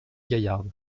gaillarde